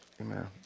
amen